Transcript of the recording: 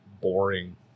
boring